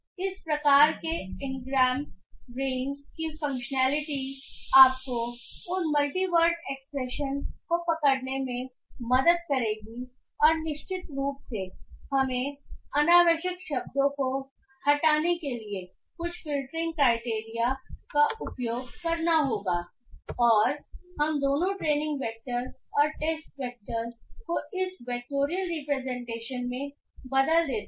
तो इस प्रकार के एंग्राम रेंज की फंक्शनैलिटी आपको उन मल्टी वर्ल्ड एक्सप्रेशन को पकड़ने में मदद करेगी और निश्चित रूप से हमें अनावश्यक शब्दों को हटाने के लिए कुछ फ़िल्टरिंग क्राइटेरिया का उपयोग करना होगा और हम दोनों ट्रेनिंग वैक्टर और टेस्ट वैक्टर को इस वेक्टोरियल रिप्रेजेंटेशन में बदल देते हैं